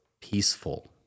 peaceful